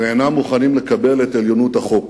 ואינם מוכנים לקבל את עליונות החוק.